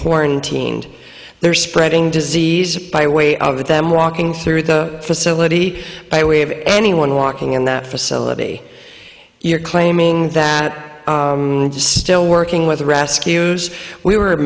quarantined there spreading disease by way of them walking through the facility by way of anyone walking in that facility you're claiming that still working with rescues we were a